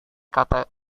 kata